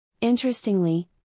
Interestingly